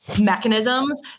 mechanisms